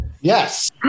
Yes